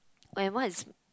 I was